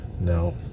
No